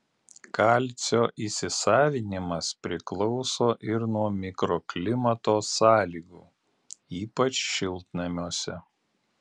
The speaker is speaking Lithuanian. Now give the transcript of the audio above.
kalcio įsisavinimas priklauso ir nuo mikroklimato sąlygų ypač šiltnamiuose